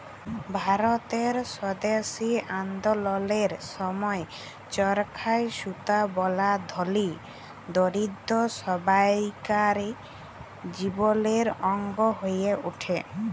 ভারতের স্বদেশী আল্দললের সময় চরখায় সুতা বলা ধলি, দরিদ্দ সব্বাইকার জীবলের অংগ হঁয়ে উঠে